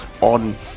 on